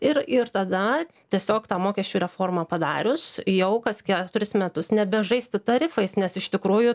ir ir tada tiesiog tą mokesčių reformą padarius jau kas keturis metus nebežaisti tarifais nes iš tikrųjų